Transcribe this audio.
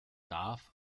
darf